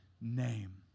name